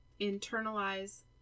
internalize